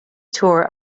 tour